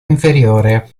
inferiore